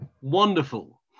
Wonderful